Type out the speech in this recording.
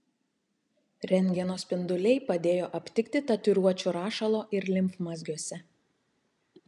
rentgeno spinduliai padėjo aptikti tatuiruočių rašalo ir limfmazgiuose